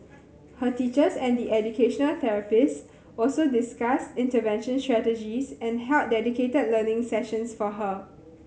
her teachers and the educational therapists also discussed intervention strategies and held dedicated learning sessions for her